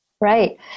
right